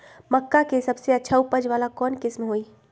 मक्का के सबसे अच्छा उपज वाला कौन किस्म होई?